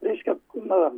reiškia na